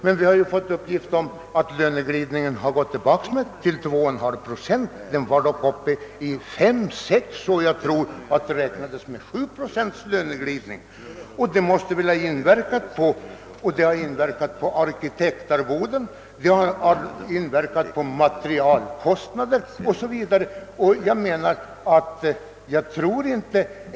Men det har ju uppgivits att löneglidningen sjunkit till 2,5 procent, trots att den dock varit uppe i 5 procent, 6 procent, ja, jag tror t.o.m. 7 procent. Den har väl inverkat på arkitektarvoden, materialkostnader m.m.